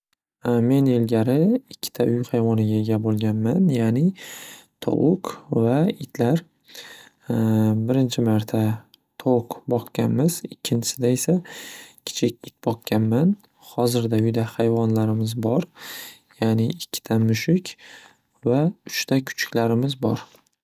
Men ilgari ikkita uy hayvoniga ega bo'lganman, ya'ni tovuq va itlar. Birinchi marta tovuq boqganmiz, ikkinchisida esa kichik it boqganman hozirda uyda hayvonlarimiz bor ya'ni ikkita mushuk va uchta kuchuklarimiz bor.